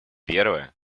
первое